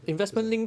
eh 不是啊